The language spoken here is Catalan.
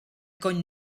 cony